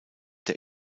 der